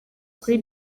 kuri